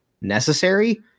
necessary